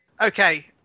Okay